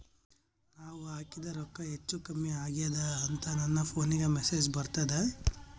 ನಾವ ಹಾಕಿದ ರೊಕ್ಕ ಹೆಚ್ಚು, ಕಮ್ಮಿ ಆಗೆದ ಅಂತ ನನ ಫೋನಿಗ ಮೆಸೇಜ್ ಬರ್ತದ?